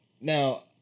Now